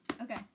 Okay